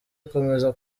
ikomeza